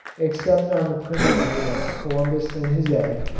except on the principle of columbus and his egg,